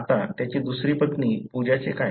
आता त्याची दुसरी पत्नी पूजाचे काय